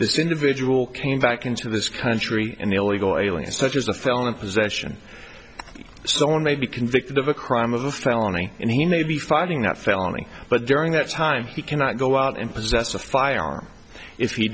this individual came back into this country an illegal alien such as a felon in possession someone may be convicted of a crime of the felony and he may be finding that felony but during that time he cannot go out and possess a firearm if he